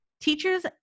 Teachers